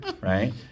Right